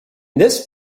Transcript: this